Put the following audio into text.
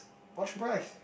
what price